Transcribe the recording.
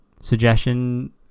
suggestion